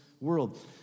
world